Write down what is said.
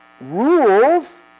rules